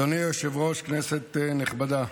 אדוני היושב-ראש, כנסת נכבדה,